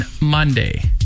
Monday